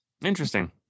Interesting